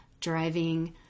driving